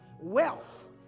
wealth